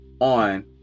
on